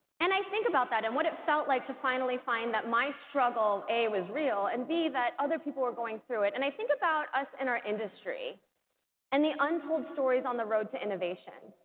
and i think about that and what it felt like to finally find that my struggle a was real and b that other people were going through it and i think about us in our industry and the untold stories on the road to innovation.